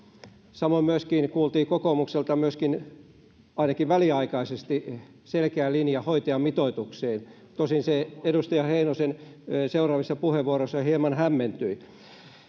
samoin myöskin kuultiin kokoomukselta ainakin väliaikaisesti selkeä linja hoitajamitoitukseen tosin se edustaja heinosen seuraavissa puheenvuoroissa hieman hämmentyi